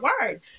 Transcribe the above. word